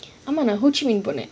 ஆம்மா:aaama ho chih minh போனான்:ponan